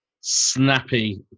snappy